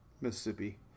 Mississippi